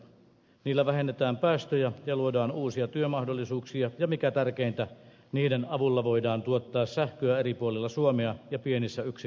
niillä vähennetään päästöjä ja luodaan uusia työmahdollisuuksia ja mikä tärkeintä niiden avulla voidaan tuottaa sähköä eri puolilla suomea ja pienissä yksiköissä